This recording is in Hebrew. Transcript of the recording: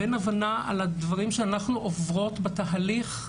ואין הבנה על הדברים שאנחנו עוברות בתהליך.